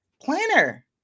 planner